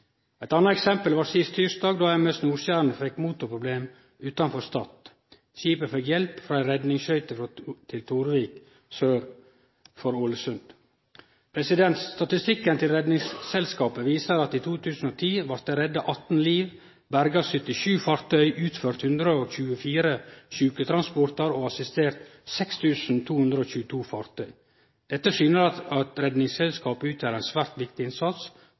Eit anna eksempel var sist tysdag då MS «Nordstjernen» fekk motorproblem utanfor Stad. Skipet fekk hjelp frå ei redningsskøyte inn til Torvik sør for Ålesund. Statistikken til Redningsselskapet viser at i 2010 blei det redda 18 liv, berga 77 fartøy, utført 124 sjuketransportar og assistert 6 222 fartøy. Dette syner at Redningsselskapet gjer ein svært viktig innsats